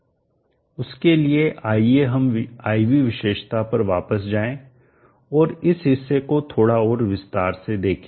उसके लिए आइए हम I V विशेषता पर वापस जाएं और इस हिस्से को थोड़ा और विस्तार से देखें